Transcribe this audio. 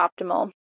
optimal